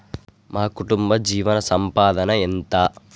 మా కుటుంబ జీవన సంపాదన ఎంత?